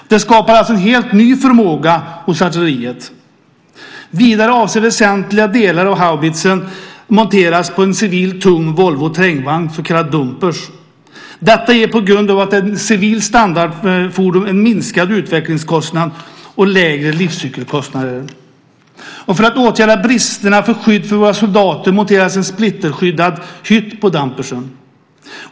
Detta skapar alltså en helt ny förmåga hos artilleriet. Vidare avses väsentliga delar av haubitsen bli monterade på en civil tung Volvo terrängvagn, en så kallad dumper. Detta ger på grund av att det är ett civilt standardfordon en minskad utvecklingskostnad och lägre livscykelkostnader. För att åtgärda bristerna i skyddet av våra soldater monteras en splitterskyddad hytt på dumpern.